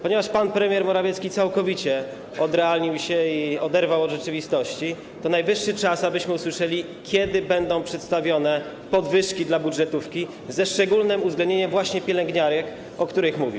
Ponieważ pan premier Morawiecki całkowicie odrealnił się i oderwał od rzeczywistości, to najwyższy czas, abyśmy usłyszeli, kiedy będą przedstawione podwyżki dla budżetówki, ze szczególnym uwzględnieniem właśnie pielęgniarek, o których mówił.